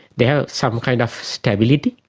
they have some kind of stability,